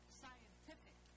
scientific